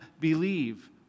believe